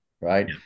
right